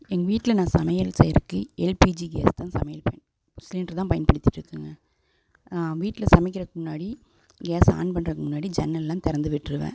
எங்கள் வீட்டில் நான் சமையல் செய்வதுக்கு எல்பிஜி கேஸ் தான் சமையல் சிலிண்டர் தான் பயன்படுத்திகிட்டு இருக்காங்க நான் வீட்டில் சமைக்கிறதுக்கு முன்னாடி கேஸ் ஆன் பண்ணுறதுக்கு முன்னாடி ஜன்னெல்லாம் திறந்து விட்டுருவேன்